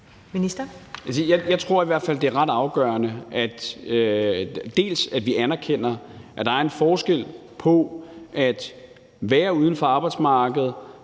Jeg tror i hvert fald, det er ret afgørende, at vi anerkender, at der er en forskel på at være uden for arbejdsmarkedet,